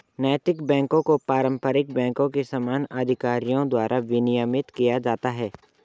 नैतिक बैकों को पारंपरिक बैंकों के समान अधिकारियों द्वारा विनियमित किया जाता है